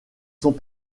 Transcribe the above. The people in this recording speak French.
sont